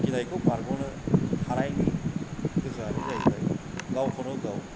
गिनायखौ बारगनो हानायनि गोहोआनो जाहैबाय गावखौनो गाव